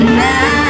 now